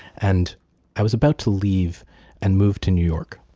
and i was about to leave and move to new york.